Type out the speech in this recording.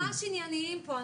אנחנו ממש ענייניים פה.